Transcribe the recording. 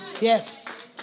Yes